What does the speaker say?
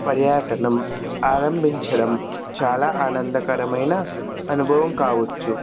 పర్యాటనం ఆరంభించడం చాల ఆనందకరమైన అనుభవం కావచ్చు